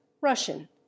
Russian